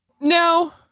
No